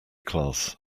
class